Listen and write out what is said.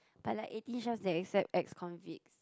but like Eighteen-Chefs they accept ex convicts